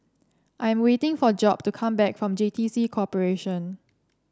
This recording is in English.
I'm waiting for Job to come back from J T C Corporation